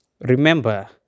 Remember